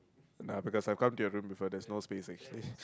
ya because I've come to your room before there's no space actually